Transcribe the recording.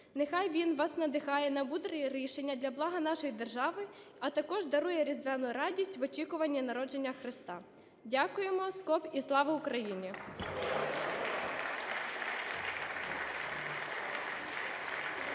Нехай він вас надихає на мудре рішення для блага нашої держави, а також дарує різдвяну радість в очікуванні народження Христа. Дякуємо! СКОБ і слава Україні!